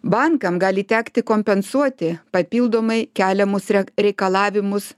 bankam gali tekti kompensuoti papildomai keliamus re reikalavimus